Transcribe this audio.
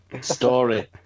Story